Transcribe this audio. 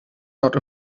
not